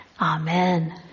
Amen